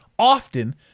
often